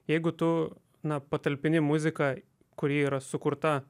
jeigu tu na patalpini muziką kuri yra sukurta